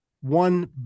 one